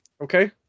Okay